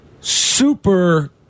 super